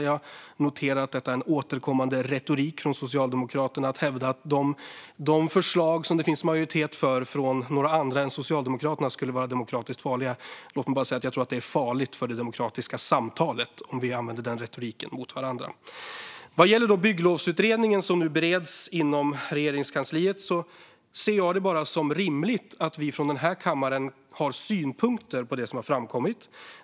Jag noterar att detta är en återkommande retorik från Socialdemokraterna att hävda att de förslag som det finns majoritet för från några andra än Socialdemokraterna skulle vara demokratiskt farliga. Låt mig bara säga att jag tror att det är farligt för det demokratiska samtalet om vi använder denna retorik mot varandra. Vad gäller bygglovsutredningen, som nu bereds inom Regeringskansliet, ser jag det bara som rimligt att vi från denna kammare har synpunkter på det som har framkommit.